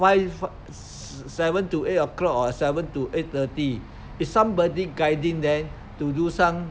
why you seven to eight o'clock or seven to eight thirty if somebody guiding them to do some